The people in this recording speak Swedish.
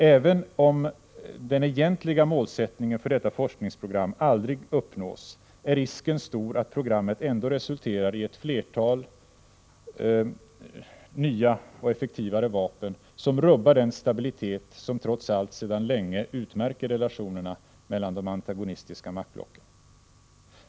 Även om den egentliga målsättningen för detta forskningsprogram aldrig uppnås, är risken stor att programmet ändå resulterar i ett flertal nya och effektivare vapen, som rubbar den stabilitet som trots allt sedan länge utmärker relationerna mellan de antagonistiska maktblocken.